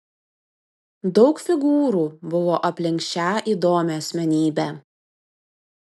daug figūrų buvo aplink šią įdomią asmenybę